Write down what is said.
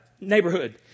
neighborhood